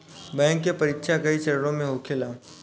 bank के परीक्षा कई चरणों में होखेला